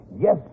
Yes